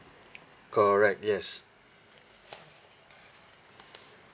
correct yes